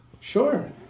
Sure